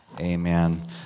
Amen